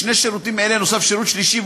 לשני שירותים אלה נוסף שירות שלישי,